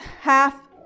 half